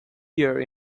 year